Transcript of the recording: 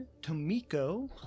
Tomiko